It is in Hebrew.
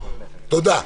תודה.